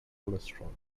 cholesterol